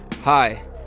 Hi